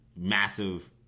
massive